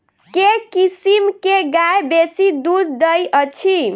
केँ किसिम केँ गाय बेसी दुध दइ अछि?